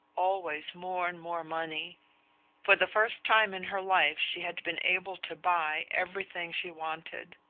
always more and more money for the first time in her life she had been able to buy everything she wanted.